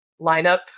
lineup